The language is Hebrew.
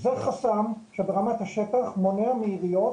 זה חסם שברמת השטח מנוע מעיריות.